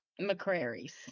McCrary's